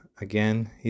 again